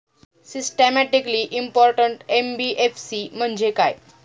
Systematically important NBFC म्हणजे काय?